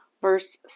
verse